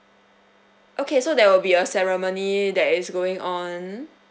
okay so there will be a ceremony that is going on